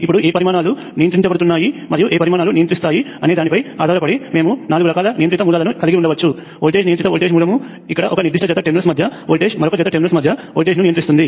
ఇప్పుడు ఏ పరిమాణాలు నియంత్రించబడుతున్నాయి మరియు ఏ పరిమాణాలు నియంత్రిస్తాయి అనేదానిపై ఆధారపడి మేము నాలుగు రకాల నియంత్రిత మూలాలను కలిగి ఉండవచ్చు వోల్టేజ్ నియంత్రిత వోల్టేజ్ మూలం ఇక్కడ ఒక నిర్దిష్ట జత టెర్మినల్స్ మధ్య వోల్టేజ్ మరొక జత టెర్మినల్స్ మధ్య వోల్టేజ్ను నియంత్రిస్తుంది